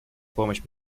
помощь